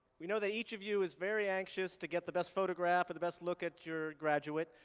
we know that each of you is very anxious to get the best photograph or the best look at your graduate,